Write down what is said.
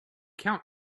count